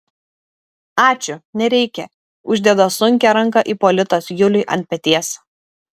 ačiū nereikia uždeda sunkią ranką ipolitas juliui ant peties